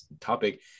topic